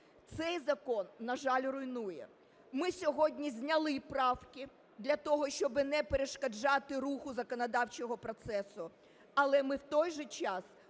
Цей закон, на жаль, руйнує. Ми сьогодні зняли правки для того, щоби не перешкоджати руху законодавчого процесу. Але ми в той же час